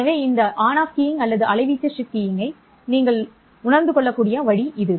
எனவே இந்த on off keying அல்லது அலைவீச்சு ஷிப்ட் கீயிங்கை நீங்கள் உணரக்கூடிய வழி இது